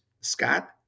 Scott